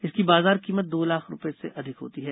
इसकी बाजार कीमत दो लाख रूपए से अधिक होती है